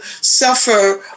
suffer